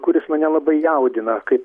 kuris mane labai jaudina kaip